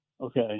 Okay